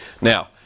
Now